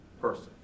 person